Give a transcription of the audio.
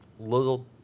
little